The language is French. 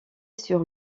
sur